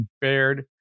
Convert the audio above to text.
bared